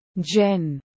Jen